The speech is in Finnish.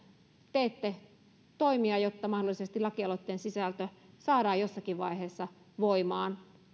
teette toimia jotta mahdollisesti lakialoitteen sisältö saadaan jossakin vaiheessa voimaan